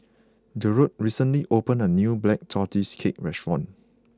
Jerold recently opened a new Black Tortoise Cake restaurant